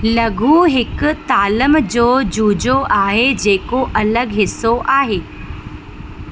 लघू हिकु तालम जो जुज़ो आहे जेको अलॻि हिसो आहे